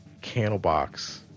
Candlebox